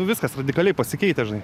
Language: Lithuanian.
viskas radikaliai pasikeitę žinai